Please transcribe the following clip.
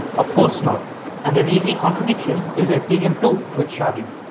of course not and an easy contradiction is ethereum two with sharding.